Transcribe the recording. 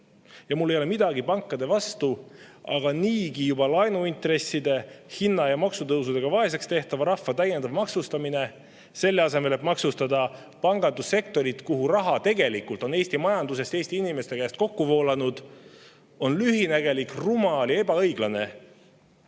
Mul ei ole midagi pankade vastu, aga niigi juba laenuintresside, hinna‑ ja maksutõusudega vaeseks tehtava rahva täiendav maksustamine, selle asemel et maksustada pangandussektorit, kuhu on raha Eesti majandusest ja Eesti inimeste käest kokku voolanud, on lühinägelik, rumal ja ebaõiglane